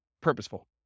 purposeful